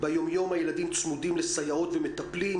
ביומיום הילדים צמודים לסייעות ומטפלים,